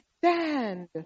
stand